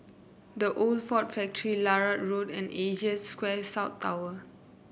The Old Ford Factory Larut Road and Asia Square South Tower